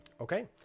Okay